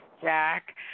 Jack